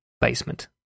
basement